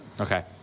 Okay